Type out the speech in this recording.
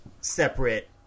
separate